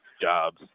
jobs